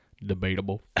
Debatable